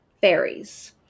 fairies